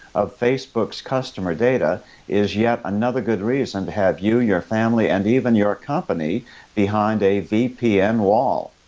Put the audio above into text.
of facebook's customer data is yet another good reason, to have you, your family and even your company behind a vpn wall.